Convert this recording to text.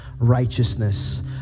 righteousness